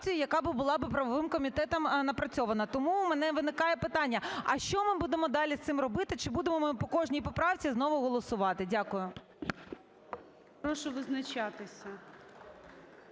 би була би правовим комітетом напрацьована. Тому у мене виникає питання: а що ми будемо далі з цим робити, чи будемо ми по кожній поправці знову голосувати. Дякую. ГОЛОВУЮЧИЙ. Прошу визначатися.